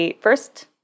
first